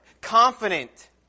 Confident